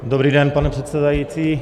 Dobrý den, pane předsedající.